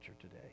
today